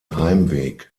heimweg